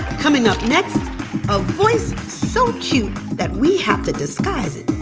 coming up next, a voice so cute that we have to disguise it.